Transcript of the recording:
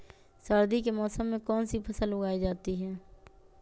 सर्दी के मौसम में कौन सी फसल उगाई जाती है?